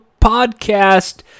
podcast